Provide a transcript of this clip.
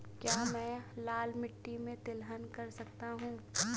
क्या मैं लाल मिट्टी में तिलहन कर सकता हूँ?